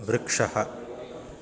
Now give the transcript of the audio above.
वृक्षः